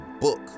book